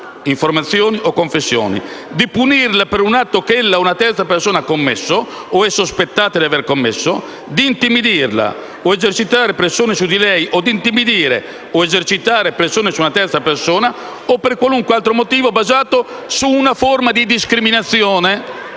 informazioni o confessioni, di punirla per un atto che essa o una terza persona ha commesso o è sospettata aver commesso, di intimorirla o di far pressione su di lei o di intimorire o di far pressione su una terza persona, o per qualsiasi altro motivo fondato su qualsiasi forma di discriminazione».